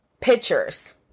pictures